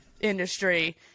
industry